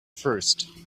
first